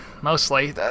mostly